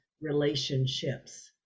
relationships